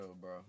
bro